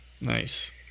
Nice